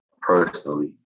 personally